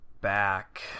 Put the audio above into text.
back